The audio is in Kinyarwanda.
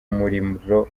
umuriro